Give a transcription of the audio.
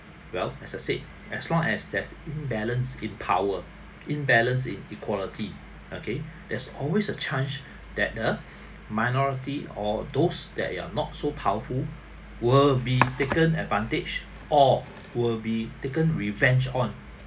well as I said as long as there's imbalance in power imbalance in equality okay there's always a chance that the minority or those that you are not so powerful were being taken advantage or will be taken revenge on